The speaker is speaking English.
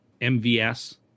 MVS